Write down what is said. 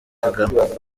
kagame